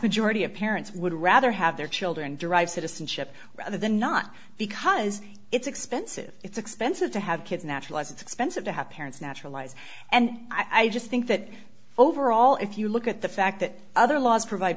majority of parents would rather have their children derive citizenship rather than not because it's expensive it's expensive to have kids naturalized it's expensive to have parents naturalized and i just think that overall if you look at the fact that other laws provide